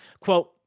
Quote